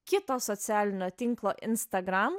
kito socialinio tinklo instagram